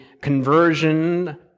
conversion